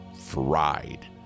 fried